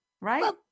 right